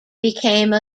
became